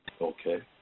Okay